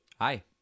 Hi